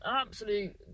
absolute